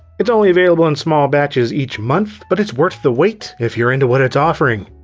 it's only available in small batches each month, but it's worth the wait if you're into what it's offering.